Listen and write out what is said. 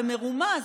במרומז,